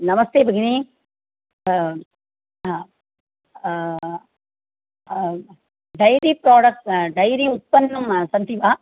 नमस्ते भगिनि हा ह डैरि प्राडक्ट्स् डैरि उत्पन्नं सन्ति वा